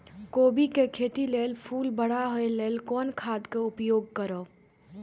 कोबी के खेती लेल फुल बड़ा होय ल कोन खाद के उपयोग करब?